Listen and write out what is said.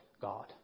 God